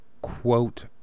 quote